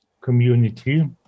community